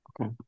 Okay